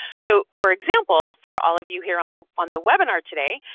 so for example, for all of you here on the on the webinar today,